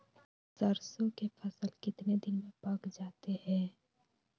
सरसों के फसल कितने दिन में पक जाते है?